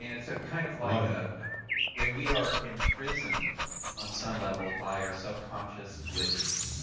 and it's ah kind of like that we are imprisoned on some level by our subconscious glitches,